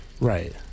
right